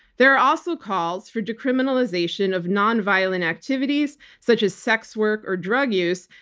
there are also calls for decriminalization of nonviolent activities such as sex work or drug use,